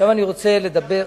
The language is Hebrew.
עכשיו אני רוצה לדבר,